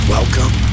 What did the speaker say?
Welcome